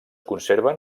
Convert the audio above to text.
conserven